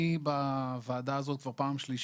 אני בוועדה הזאת כבר פעם שלישית,